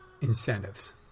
incentives